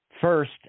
first